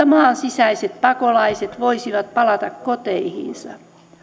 maan sisäiset pakolaiset voisivat palata koteihinsa